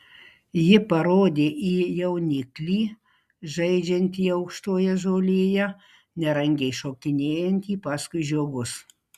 ji parodė į jauniklį žaidžiantį aukštoje žolėje nerangiai šokinėjantį paskui žiogus